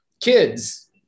Kids